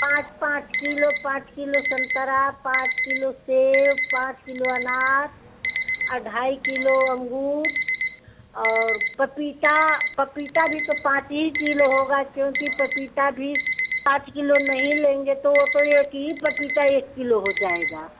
पाँच पाँच कीलो पाँच किलो संतरा पाँच सेब पाँच किलो अनार और ढाई किलो अंगूर और पपीता पपीता भी तो पाँच ही किलो होगा क्योंकि पाँच किलो नहीं लेंगे तों वह तो एक ही पपीता एक किलो हो जाएगा